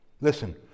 Listen